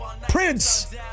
Prince